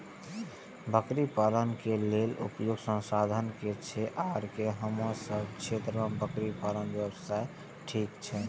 बकरी पालन के लेल उपयुक्त संसाधन की छै आर की हमर सब के क्षेत्र में बकरी पालन व्यवसाय ठीक छै?